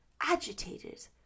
agitated